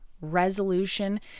resolution